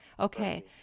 Okay